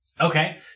Okay